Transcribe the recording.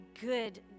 good